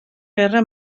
guerra